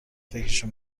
فکرشو